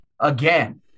again